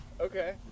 Okay